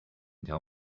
tell